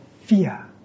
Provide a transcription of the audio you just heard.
fear